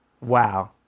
Wow